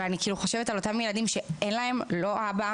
אני חושבת על אותם ילדים שאין להם אבא,